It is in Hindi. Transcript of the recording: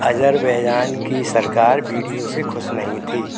अज़र बैजान की सरकार बीडियो से खुश नहीं थी